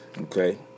Okay